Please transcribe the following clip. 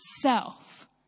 self